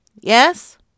Yes